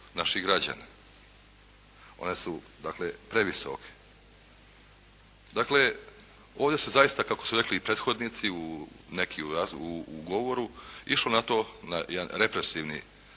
naših građana. One su dakle previsoke. Dakle ovdje su zaista kako su rekli i prethodnici neki u govoru, išli na jedan represivni